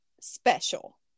special